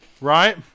Right